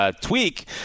tweak